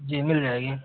जी मिल जाएगी